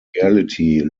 reality